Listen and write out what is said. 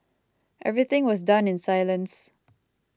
everything was done in silence